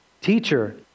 Teacher